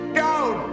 down